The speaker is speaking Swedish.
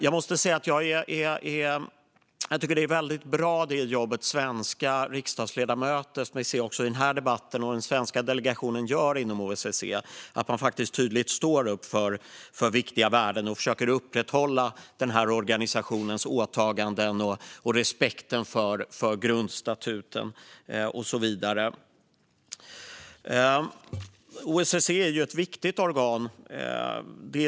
Jag måste säga att jag tycker att det jobb som svenska riksdagsledamöter gör, som vi hör om i denna debatt, och som den svenska delegationen gör inom OSSE är väldigt bra. Man står tydligt upp för viktiga värden och försöker upprätthålla organisationens åtaganden och respekten för grundstatuten och så vidare. OSSE är ett viktigt organ.